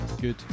Good